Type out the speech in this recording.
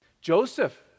Joseph